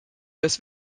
das